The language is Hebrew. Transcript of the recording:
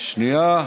שנייה.